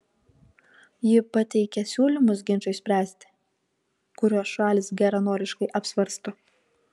ji pateikia siūlymus ginčui spręsti kuriuos šalys geranoriškai apsvarsto